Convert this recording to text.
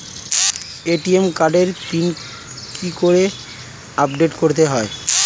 ATM কার্ডের pin কি করে আপডেট করতে হয়?